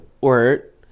word